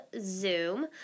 Zoom